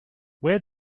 where